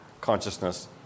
consciousness